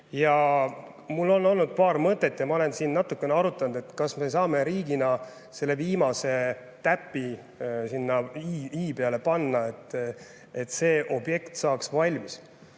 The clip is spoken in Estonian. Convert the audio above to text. Mul on olnud paar mõtet ja ma olen siin natukene arutanud, et kas me saame riigina selle viimase täpi sinna i-tähe peale panna, et konkreetselt see objekt saaks valmis.